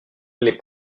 les